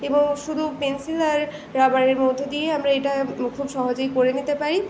এবং শুধু পেনসিল আর রাবারের মধ্যে দিয়ে আমরা এইটা খুব সহজেই করে নিতে পারি